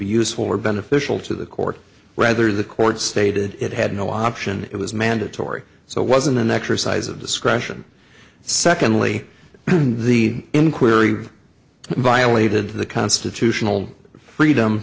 be useful or beneficial to the court rather the court stated it had no option it was mandatory so it wasn't an exercise of discretion secondly the inquiry violated the constitutional freedom